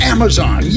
Amazon